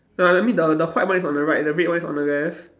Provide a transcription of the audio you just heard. uh I mean the the white one is on the right the red one is on the left